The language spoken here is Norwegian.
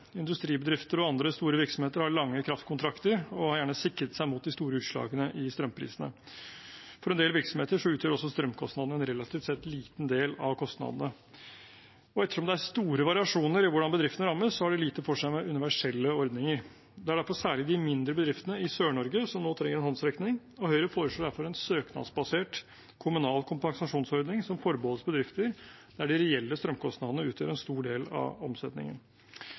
Industribedrifter og andre store virksomheter har lange kraftkontrakter og har gjerne sikret seg mot de store utslagene i strømprisene. For en del virksomheter utgjør også strømkostnadene en relativt sett liten del av kostnadene, og ettersom det er store variasjoner i hvordan bedriftene rammes, har det lite for seg med universelle ordninger. Det er derfor særlig de mindre bedriftene i Sør-Norge som nå trenger en håndsrekning, og Høyre foreslår derfor en søknadsbasert kommunal kompensasjonsordning som forbeholdes bedrifter der de reelle strømkostnadene utgjør en stor del av omsetningen.